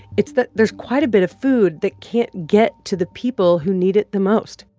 it's that there's quite a bit of food that can't get to the people who need it the most.